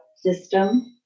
system